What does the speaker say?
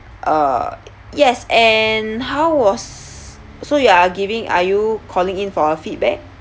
uh yes and how was so you are giving are you calling in for a feedback